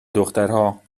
دخترها